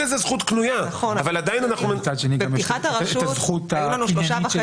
מצד שני זו הזכות הקניינית של